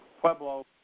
Pueblo